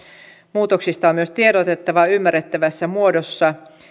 muutoksista on myös tiedotettava ymmärrettävässä muodossa